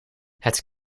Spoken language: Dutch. het